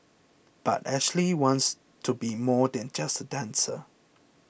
but Ashley wants to be more than just a dancer